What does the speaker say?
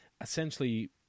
essentially